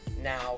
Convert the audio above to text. Now